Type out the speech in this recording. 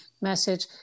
message